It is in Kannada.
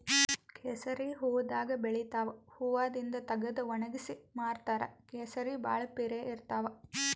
ಕೇಸರಿ ಹೂವಾದಾಗ್ ಬೆಳಿತಾವ್ ಹೂವಾದಿಂದ್ ತಗದು ವಣಗ್ಸಿ ಮಾರ್ತಾರ್ ಕೇಸರಿ ಭಾಳ್ ಪಿರೆ ಇರ್ತವ್